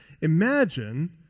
imagine